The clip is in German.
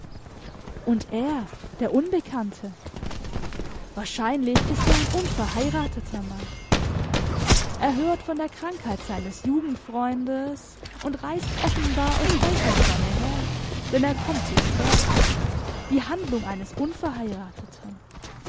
und er der unbekannte wahrscheinlich ist er ein unverheirateter mann er hört von der krankheit seines jugendfreundes und reist offenbar aus weiter ferne her denn er kommt zu spät die handlung eines unverheirateten